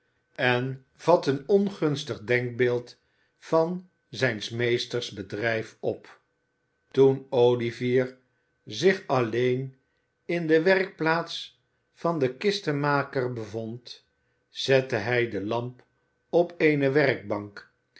en vat een ongunstig denkbeeld van zijns meesters bedrijf op toen olivier zich alleen in de werkplaats van den kistenmaker bevond zette hij de lamp op eene werkbank